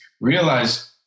realize